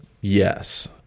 Yes